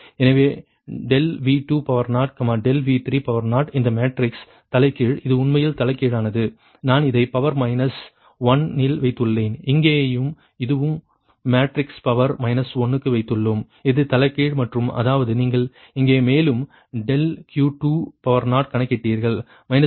எனவே ∆V20 ∆V30 இந்த மேட்ரிக்ஸ் தலைகீழ் இது உண்மையில் தலைகீழானது நான் இதை பவர் மைனஸ் 1 இல் வைத்துள்ளேன் இங்கேயும் இதுவும் இந்த மேட்ரிக்ஸை பவர் மைனஸ் 1 க்கு வைத்துள்ளோம் இது தலைகீழ் மற்றும் அதாவது நீங்கள் இங்கே மேலும் ∆Q20 கணக்கிட்டீர்கள் 0